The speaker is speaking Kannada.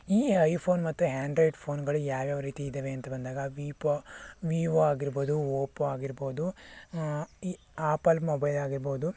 ಈ ಐಫೋನ್ ಮತ್ತು ಆ್ಯಂಡ್ರಾಯ್ಡ್ ಫೋನ್ಗಳು ಯಾವ್ಯಾವ ರೀತಿ ಇದವೆ ಅಂತ ಬಂದಾಗ ವೀಪೊ ವೀವೊ ಆಗಿರ್ಬೋದು ಒಪ್ಪೊ ಆಗಿರ್ಬೋದು ಈ ಆಪಲ್ ಮೊಬೈಲ್ ಆಗಿರ್ಬೋದು